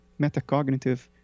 metacognitive